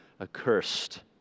accursed